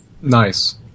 nice